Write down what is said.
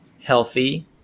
healthy